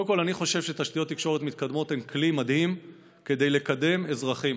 קודם כול אני חושב שתשתיות תקשורת מתקדמות הן כלי מדהים לקדם אזרחים